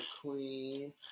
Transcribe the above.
queen